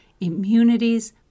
immunities